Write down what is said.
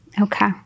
Okay